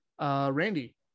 Randy